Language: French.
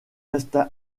resta